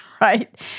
right